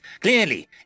Clearly